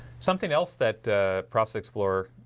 something else that process explorer